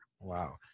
Wow